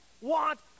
want